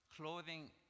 clothing